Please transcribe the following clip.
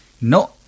no